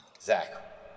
Zach